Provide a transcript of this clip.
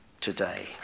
today